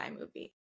movie